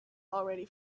already